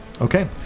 Okay